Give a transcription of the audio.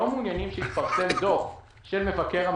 לא מעוניינים שיתפרסם דוח של מבקר,